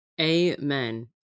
Amen